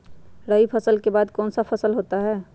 रवि फसल के बाद कौन सा फसल होता है?